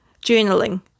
journaling